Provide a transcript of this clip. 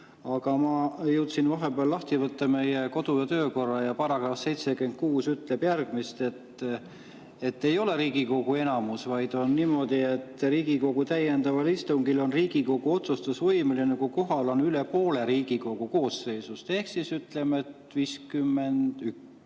Aga ma jõudsin vahepeal lahti võtta meie kodu‑ ja töökorra. Selle § 76 ütleb, et ei ole [vaja] Riigikogu enamust, vaid on niimoodi, et Riigikogu täiendaval istungil on Riigikogu otsustusvõimeline, kui kohal on üle poole Riigikogu koosseisust ehk ütleme, et 51.